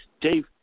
Dave